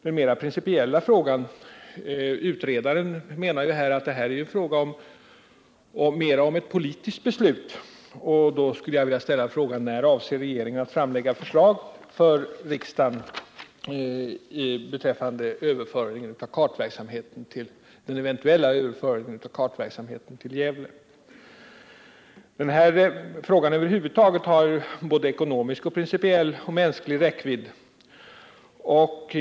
Utredaren menar att det här är fråga mer om ett politiskt beslut. Jag skulle då vilja ställa en mer principiell fråga: När avser regeringen att framlägga förslag för riksdagen beträffande den eventuella överföringen av kartverksamheten till Gävle? Det här ärendet har över huvud taget både ekonomisk, principiell och mänsklig räckvidd.